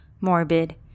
morbid